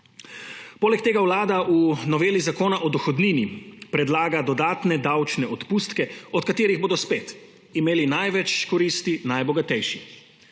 Poleg tega Vlada v noveli Zakona o dohodnini predlaga dodatne davčne odpustke, od katerih bodo spet imeli največ koristi najbogatejši.